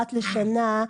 אחת לשנה,